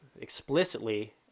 explicitly